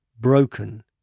broken